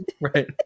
right